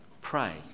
pray